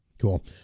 Cool